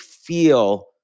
feel